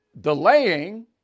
delaying